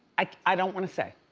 i don't wanna say.